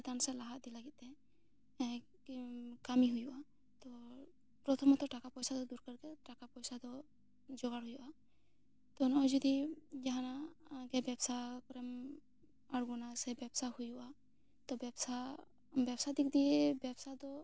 ᱪᱮᱛᱟᱱ ᱥᱮ ᱞᱟᱦᱟ ᱛᱮ ᱞᱟᱹᱜᱤᱫ ᱛᱮ ᱦᱮᱸ ᱠᱤ ᱠᱟᱹᱢᱤ ᱦᱩᱭᱩᱜᱼᱟ ᱛᱚ ᱯᱨᱚᱛᱷᱚᱢᱚᱠᱛᱚ ᱴᱟᱠᱟ ᱯᱚᱭᱥᱟ ᱫᱚ ᱫᱚᱨᱠᱟᱨ ᱜᱮ ᱴᱟᱠᱟ ᱯᱩᱭᱥᱟ ᱫᱚ ᱡᱚᱜᱟᱲ ᱦᱩᱭᱩᱜᱼᱟ ᱛᱚ ᱱᱚᱣᱟ ᱡᱚᱫᱤ ᱡᱟᱦᱟᱸ ᱜᱮ ᱵᱮᱵᱥᱟᱭ ᱛᱟᱨᱯᱚᱨᱮᱢ ᱟᱬᱜᱚᱱᱟ ᱥᱮ ᱵᱮᱵᱥᱟ ᱦᱩᱭᱩᱜᱼᱟ ᱛᱚ ᱵᱮᱵᱥᱟ ᱵᱮᱵᱥᱟ ᱫᱤᱠ ᱫᱤᱭᱮ ᱵᱮᱵᱥᱟ ᱫᱚ